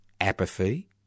apathy